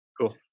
Cool